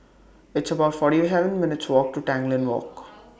It's about forty Heaven minutes' Walk to Tanglin Walk